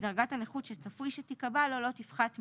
דרגת הנכות שצפוי שתיקבע לו לא תפחת מ-50%.